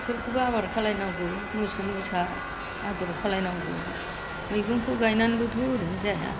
बिफोरखौबो आबाद खालायनांगौ मोसौ मोसा आदर खालायनांगौ मैगंखौ गायनानैबोथ' ओरैनो जाया